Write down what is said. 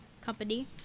company